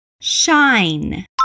shine